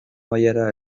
mailara